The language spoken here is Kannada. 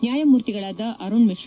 ನ್ವಾಯಮೂರ್ತಿಗಳಾದ ಅರುಣ್ ಮಿತ್ರ